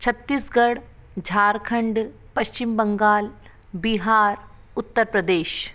Chhattisgarh Jharkhand Paschim Bangal Bihar Uttar Pradesh